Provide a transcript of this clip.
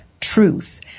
truth